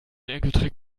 enkeltrick